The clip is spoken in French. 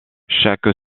chaque